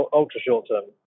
ultra-short-term